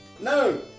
No